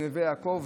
לנווה יעקב,